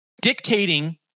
dictating